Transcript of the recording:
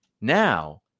Now